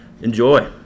Enjoy